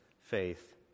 faith